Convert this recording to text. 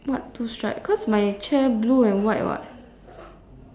what two stripe because my chair blue and white [what]